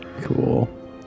Cool